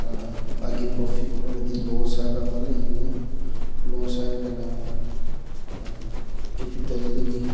ꯃꯥꯒꯤ ꯄ꯭ꯔꯣꯐꯤꯠ ꯑꯃꯗꯤ ꯂꯣꯁ ꯍꯥꯏꯕ ꯑꯃ ꯂꯩꯒꯅꯤ ꯂꯣꯁ ꯍꯥꯏꯔꯒꯅ ꯀꯦꯄꯤꯇꯦꯜꯗꯒꯤ